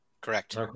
Correct